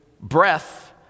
breath